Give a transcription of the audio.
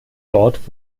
dort